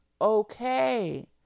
okay